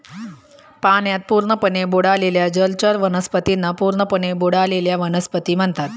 पाण्यात पूर्णपणे बुडालेल्या जलचर वनस्पतींना पूर्णपणे बुडलेल्या वनस्पती म्हणतात